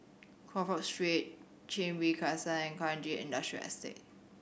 Crawford Street Chin Bee Crescent and Kranji Industrial Estate